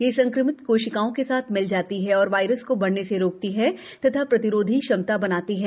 यह संक्रमित कोशिकाओं के साथ मिल जाती है और वायरस को बढ़ने से रोकती है तथा प्रतिरोधी क्षमता बनाती है